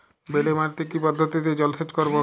বেলে মাটিতে কি পদ্ধতিতে জলসেচ করব?